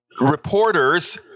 reporters